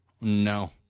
No